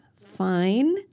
fine